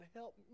help